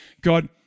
God